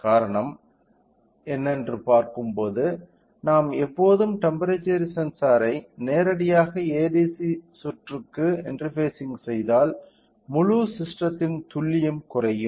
காரணம் என்ன என்று பார்க்கும்போது நாம் எப்போதும் டெம்ப்பெரேச்சர் சென்சாரை நேரடியாக ADC சுற்றுக்கு இன்டர்ஃபேசிங் செய்தால் முழு ஸிஸ்டெத்தின் துல்லியம் குறையும்